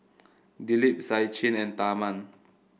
Dilip Sachin and Tharman